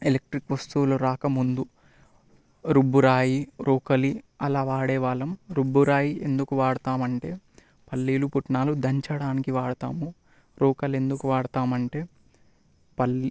electric వస్తువులు రాకముందు రుబ్బురాయి రోకలి అల వాడే వాళ్ళం రుబ్బురాయి ఎందుకు వాడతామంటే పల్లీలు పుట్నాలు దంచడానికి వాడతాము రోకలి ఎందుకు వాడతామంటే